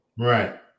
Right